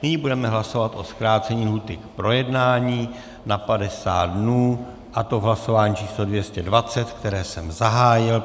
Nyní budeme hlasovat o zkrácení lhůty k projednání na 50 dnů, a to v hlasování číslo 220, které jsem zahájil.